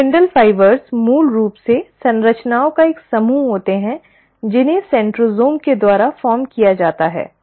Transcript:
spindle fibre मूल रूप से संरचनाओं का एक समूह होते हैं जिन्हें सेंट्रोसोम के द्वारा निर्मित किया जाता है